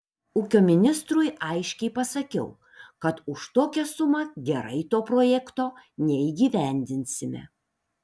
ūkio ministrui aiškiai pasakiau kad už tokią sumą gerai to projekto neįgyvendinsime